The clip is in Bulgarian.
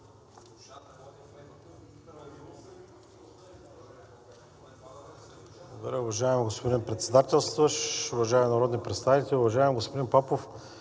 ИВАНОВ: Уважаеми господин Председателстващ, уважаеми народни представители! Уважаеми господин Папов,